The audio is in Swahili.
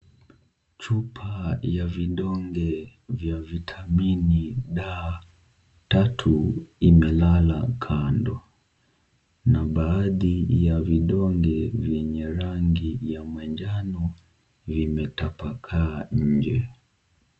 Chupa ya vidonge vya vitamini D3 imelala kando, na baadhi ya vidonge vyenye rangi ya manjano vimetapakaa nje.